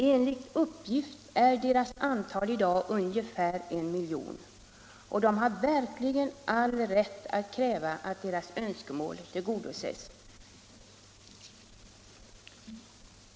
Enligt uppgift är deras antal i dag ungefär en miljon och de har verkligen all rätt att kräva att deras önskemål tillgodoses.